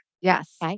Yes